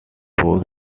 during